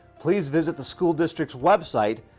please visit the school district's website,